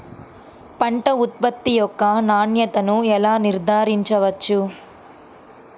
పంట ఉత్పత్తి యొక్క నాణ్యతను ఎలా నిర్ధారించవచ్చు?